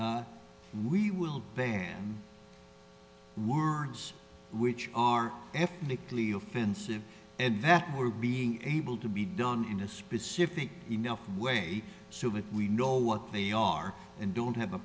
said we will ban words which are ethnically offensive and that we're being able to be done in a specific enough way so that we know what they are and don't have a